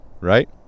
right